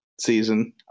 season